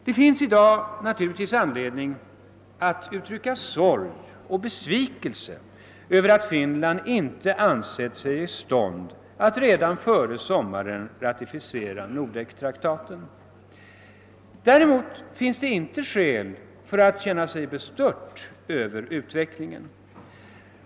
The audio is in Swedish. Det finns i dag naturligtvis anledning att uttrycka sorg och besvikelse över att Finland inte ansett sig i stånd att redan före sommaren ratificera Nordektraktaten. Däremot finns det inte skäl för att känna sig bestört över utvecklingen.